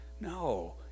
No